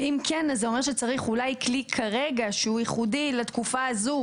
ואם כן אז זה אומר שצריך אולי כלי כרגע שהוא ייחודי לתקופה הזו?